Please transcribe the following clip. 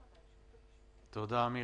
(היו"ר עודד פורר, 10:27) תודה, אמיר.